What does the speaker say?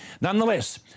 Nonetheless